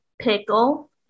Pickle